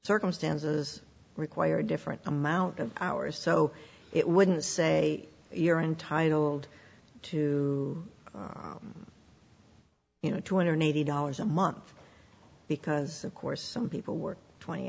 circumstances require different amount of hours so it wouldn't say you're entitled to you know two hundred eighty dollars a month because of course some people work twenty